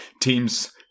teams